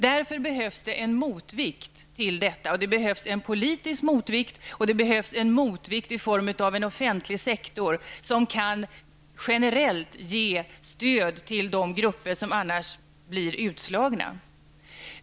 Därför behövs det en motvikt till detta, en politisk motvikt och en motvikt i form av en offentlig sektor som generellt kan ges stöd till de grupper som annars blir utslagna.